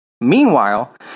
Meanwhile